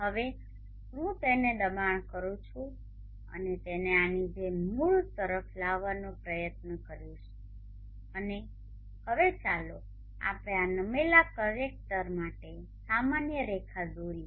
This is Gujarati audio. હવે હું તેને દબાણ કરું છું અને તેને આની જેમ મૂળ તરફ લાવવાનો પ્રયત્ન કરીશ અને હવે ચાલો આપણે આ નમેલા કલેક્ટર માટે સામાન્ય રેખા દોરીએ